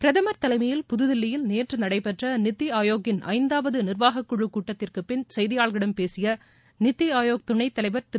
பிரதமர் தலைமையில் புதுதில்லியில் நேற்று நடைபெற்ற நித்தி ஆயோகின் ஐந்தாவது நிர்வாகக் குழுக் கூட்டத்திற்குப் பின் செய்தியாளர்களிடம் பேசியநித்தி ஆயோக் துணைத் தலைவர் திரு